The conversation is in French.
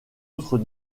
autre